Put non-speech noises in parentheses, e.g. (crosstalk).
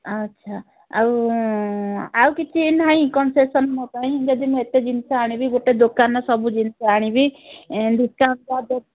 ଆଚ୍ଛା ଆଉ ଆଉ କିଛି ନାହିଁ କନ୍ସେସନ୍ ମୋ ପାଇଁ ଯଦି ମୁଁ ଏତେ ଜିନିଷ ଆଣିବି ଗୋଟେ ଦୋକାନର ସବୁ ଜିନିଷ ଆଣିବି ଡିସ୍କାଉଣ୍ଟ୍ (unintelligible)